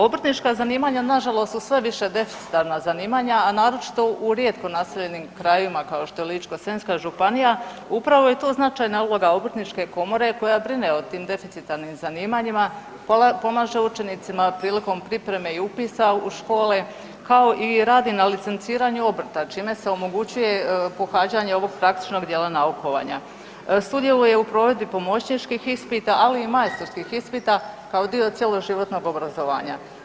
Obrtnička zanimanja nažalost su sve više deficitarna zanimanja, a naročito u rijetko naseljenim krajevima kao što je Ličko-senjska županija i upravo je tu značajna uloga obrtničke komore koja brine o tim deficitarnim zanimanjima, pomaže učenicima prilikom pripreme i upisa u škole, kao i radi na licenciranju obrta čime se omogućuje pohađanje ovog praktičnog dijela naukovanja, sudjeluje u provedbi pomoćničkih ispita, ali i majstorskih ispita kao dio cjeloživotnog obrazovanja.